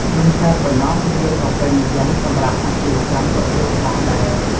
មិនតែប៉ុណ្ណោះ វាក៏ពេញនិយមសម្រាប់អាជីវកម្មលក់ដូរផងដែរ។